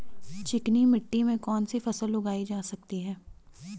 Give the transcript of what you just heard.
चिकनी मिट्टी में कौन सी फसल उगाई जा सकती है?